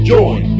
Join